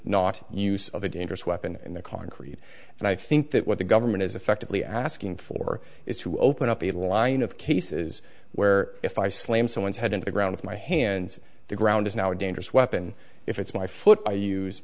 not use of a dangerous weapon in the concrete and i think that what the government is effectively asking for is to open up a line of cases where if i slam someone's head into the ground with my hands the ground is now a dangerous weapon if it's my foot i use